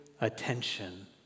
attention